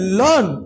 learn